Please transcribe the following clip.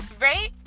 right